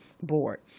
board